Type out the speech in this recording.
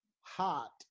hot